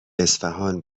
اصفهان